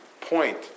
point